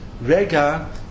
Rega